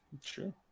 Sure